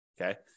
Okay